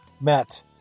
met